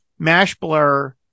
Mashblur